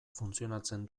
funtzionatzen